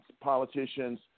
politicians